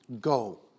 Go